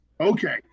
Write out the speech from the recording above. Okay